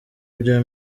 bya